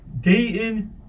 Dayton